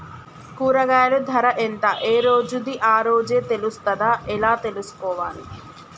కూరగాయలు ధర ఎంత ఏ రోజుది ఆ రోజే తెలుస్తదా ఎలా తెలుసుకోవాలి?